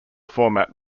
format